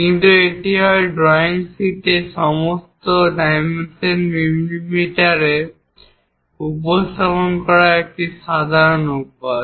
কিন্তু এটি হয় ড্রয়িং শীটে সমস্ত ডাইমেনশন মিমিতে উপস্থাপন করার একটি সাধারণ অভ্যাস